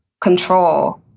control